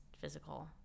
physical